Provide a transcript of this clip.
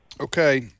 Okay